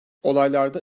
olaylarda